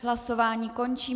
Hlasování končím.